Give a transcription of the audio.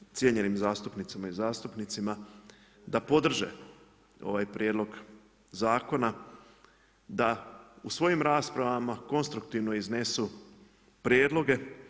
Predlažem cijenjenim zastupnicima i zastupnicama da podrže ovaj prijedlog zakona, da u svojim raspravama konstruktivno iznesu prijedloge.